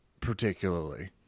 particularly